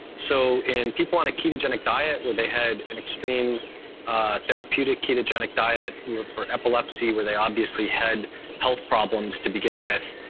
so in people on a ketogenic diet where they had an extreme therapeutic ketogenic diet for epilepsy, where they obviously had health problems to begin with,